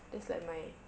just like my